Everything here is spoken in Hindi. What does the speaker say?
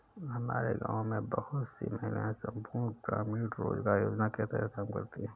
हमारे गांव में बहुत सी महिलाएं संपूर्ण ग्रामीण रोजगार योजना के तहत काम करती हैं